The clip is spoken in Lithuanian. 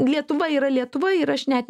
lietuva yra lietuva ir aš net